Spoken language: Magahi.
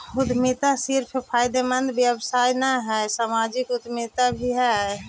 उद्यमिता सिर्फ फायदेमंद व्यवसाय न हई, सामाजिक उद्यमिता भी हई